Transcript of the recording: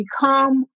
become